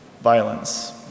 violence